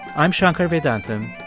i'm shankar vedantam,